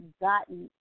gotten